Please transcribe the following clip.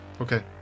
Okay